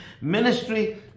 Ministry